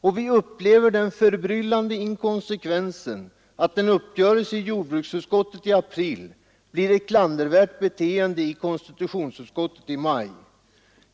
Och vi upplever den förbryllande inkonsekvensen att en uppgörelse i jordbruksutskottet i april blir ett klandervärt beteende i konstitutionsutskottet i maj.